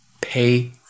pay